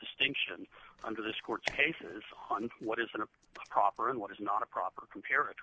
distinction under this court cases on what is the proper and what is not a proper compar